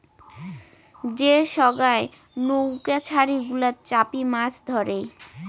যে সোগায় নৌউকা ছারি গুলাতে চাপি মাছ ধরে